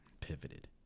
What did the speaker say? pivoted